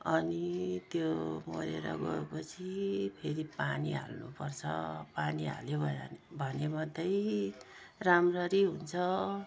अनि त्यो मरेर गएपछि फेरि पानी हाल्नुपर्छ पानी हाल्यो भने मात्रै राम्ररी हुन्छ